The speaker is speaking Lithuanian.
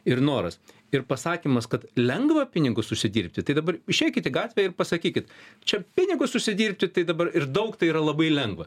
ir noras ir pasakymas kad lengva pinigus užsidirbti tai dabar išeikit į gatvę ir pasakykit čia pinigus užsidirbti tai dabar ir daug tai yra labai lengva